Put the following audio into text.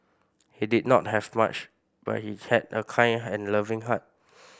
he did not have much but he had a kind hand loving heart